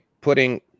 putting